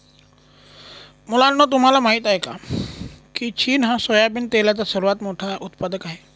मुलांनो तुम्हाला माहित आहे का, की चीन हा सोयाबिन तेलाचा सर्वात मोठा उत्पादक आहे